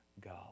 God